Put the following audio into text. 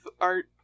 art